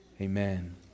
Amen